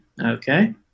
Okay